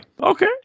Okay